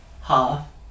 Half